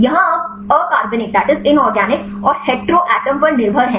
यहाँ आप अकार्बनिक और हेटेरो एटम पर निर्भर हैं